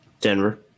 Denver